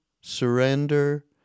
surrender